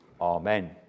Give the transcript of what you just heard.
Amen